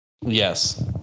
Yes